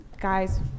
guys